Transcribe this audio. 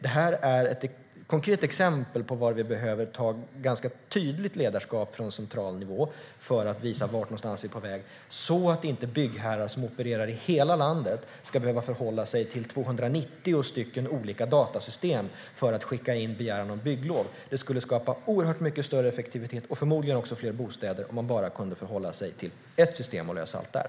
Detta är ett konkret exempel på var vi behöver ta ett ganska tydligt ledarskap från central nivå för att visa vart någonstans vi är på väg så att inte byggherrar som opererar i hela landet ska behöva förhålla sig till 290 stycken olika datasystem för att skicka in begäran om bygglov. Det skulle skapa oerhört mycket större effektivitet och förmodligen också fler bostäder om man bara kunde förhålla sig till ett system och lösa allt där.